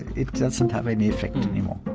it doesn't have any effect anymore